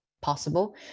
possible